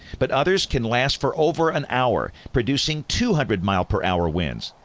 but others can last for over an hour, producing two hundred mile per hour winds.